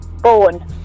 Born